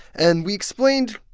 and we explained,